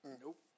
Nope